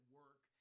work